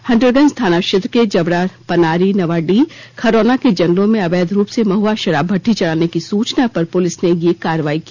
हंटरगंज थाना क्षेत्र के जबड़ा पनारी नवाडीह खरौना के जंगलों में अवैध रूप से महुआ शराब भट्टी चलाने की सूचना पर पुलिस ने यह कार्रवाई की